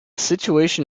situation